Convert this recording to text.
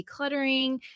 decluttering